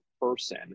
person